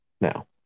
now